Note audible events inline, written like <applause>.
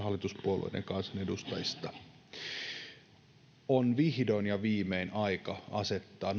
<unintelligible> hallituspuolueiden kansanedustajista on vihdoin ja viimein aika asettaa <unintelligible>